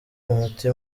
umuti